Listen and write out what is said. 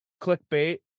clickbait